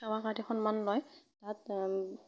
সেৱা কাঢ়ি সন্মান লয় তাত